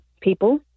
people